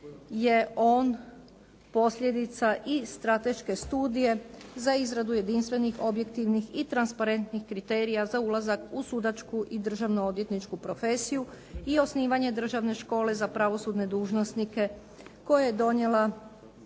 je on posljedica i strateške studije za izradu jedinstvenih, objektivnih i transparentnih kriterija za ulazak u sudačku i državno odvjetničku profesiju i osnivanje državne škole za pravosudne dužnosnike koje je donijela